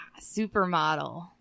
Supermodel